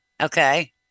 Okay